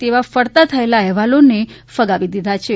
તેવા ફરતા થયેલા અહેવાલોને ફગાવી દીધા છે